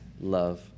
love